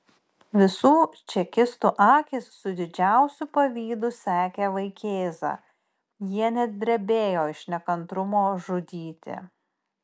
visų čekistų akys su didžiausiu pavydu sekė vaikėzą jie net drebėjo iš nekantrumo žudyti